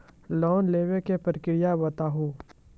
Loan लेवे के प्रक्रिया बताहू?